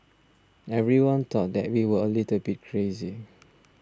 everyone thought that we were a little bit crazy